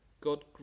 God